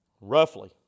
Roughly